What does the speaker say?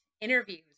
interviews